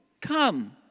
come